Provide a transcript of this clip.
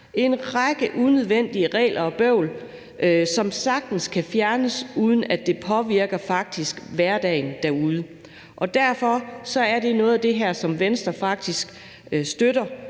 en række unødvendige regler og bøvl, som sagtens kan fjernes, uden at det faktisk påvirker hverdagen derude. Derfor er det her noget, som Venstre støtter,